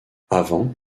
avant